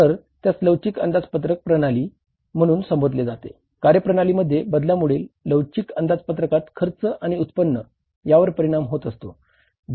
तर त्यास लवचिक अंदाजपत्रक प्रणाली खर्च आणि उत्पन्न यावर परिणाम होत असतो